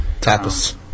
Tapas